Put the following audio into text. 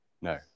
No